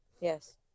Yes